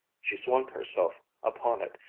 she swung herself upon it,